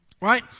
right